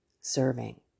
serving